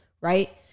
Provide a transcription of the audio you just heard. right